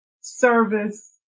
service